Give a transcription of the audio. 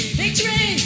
victory